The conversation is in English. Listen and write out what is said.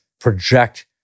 project